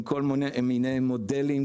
עם כל מיני מודלים,